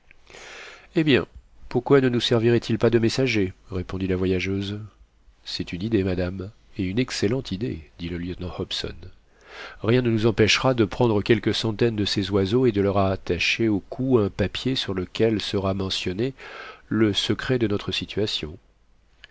eh bien pourquoi ne nous serviraient ils pas de messagers répondit la voyageuse c'est une idée madame et une excellente idée dit le lieutenant hobson rien ne nous empêchera de prendre quelques centaines de ces oiseaux et de leur attacher au cou un papier sur lequel sera mentionné le secret de notre situation